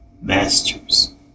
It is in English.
masters